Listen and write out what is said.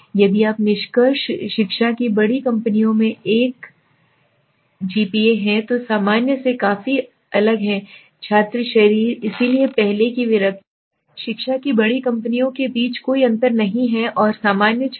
अब क्या निष्कर्ष शिक्षा की बड़ी कंपनियों में एक GPA है जो सामान्य से काफी अलग है छात्र शरीर इसलिए पहले की परिकल्पना ठीक थी शिक्षा की बड़ी कंपनियों के बीच कोई अंतर नहीं है और सामान्य छात्र